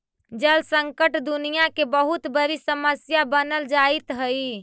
जल संकट दुनियां के बहुत बड़ी समस्या बनल जाइत हई